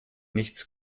nichts